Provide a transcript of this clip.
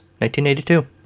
1982